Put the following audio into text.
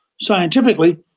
Scientifically